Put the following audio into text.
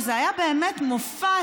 וזה היה באמת מופע,